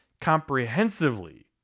comprehensively